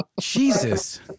jesus